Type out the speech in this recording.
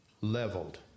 Leveled